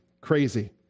crazy